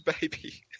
baby